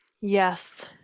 Yes